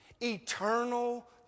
eternal